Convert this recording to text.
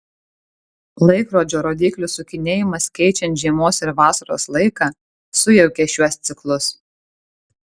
laikrodžio rodyklių sukinėjimas keičiant žiemos ir vasaros laiką sujaukia šiuos ciklus